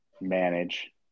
manage